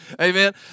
Amen